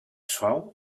suau